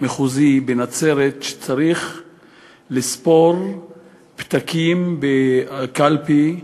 מחוזי בנצרת שצריך לספור פתקים בקלפי,